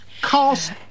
cost